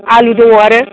आलु दङ आरो